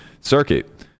circuit